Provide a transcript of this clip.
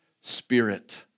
spirit